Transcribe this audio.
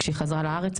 כשהיא חזרה לארץ,